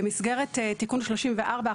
במסגרת תיקון 34,